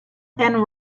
and